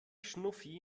schnuffi